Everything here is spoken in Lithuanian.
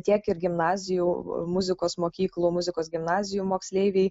tiek ir gimnazijų muzikos mokyklų muzikos gimnazijų moksleiviai